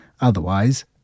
Otherwise